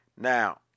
Now